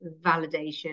validation